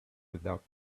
without